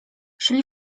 szli